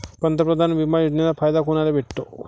पंतप्रधान बिमा योजनेचा फायदा कुनाले भेटतो?